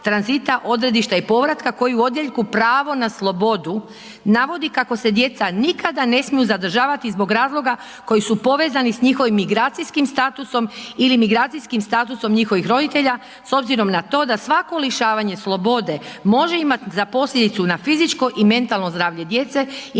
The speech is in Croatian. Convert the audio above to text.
odredišta i povratka koji u odjeljku pravo na slobodu navodi kako se djeca nikada ne smiju zadržavati zbog razloga koji su povezani s njihovim migracijskim statusom ili migracijskim statusom njihovih roditelja s obzirom na to da svako lišavanje slobode može imat za posljedicu na fizičko i mentalno zdravlje djece i